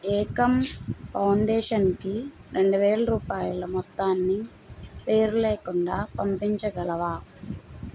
ఏకమ్ ఫౌండేషన్కి రెండు వేల రూపాయల మొత్తాన్ని పేరు లేకుండా పంపించగలవా